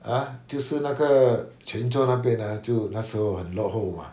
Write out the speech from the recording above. ah 就是那个全村那边 ah 就那时候很落后 mah